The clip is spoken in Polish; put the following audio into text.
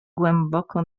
głęboko